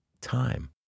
Time